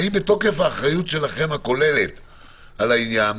האם בתוקף אחריותכם הכוללת בעניין,